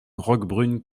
roquebrune